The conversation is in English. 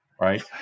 right